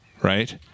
Right